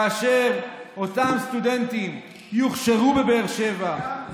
כאשר אותם סטודנטים יוכשרו בבאר שבע,